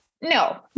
No